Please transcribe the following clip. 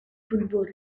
football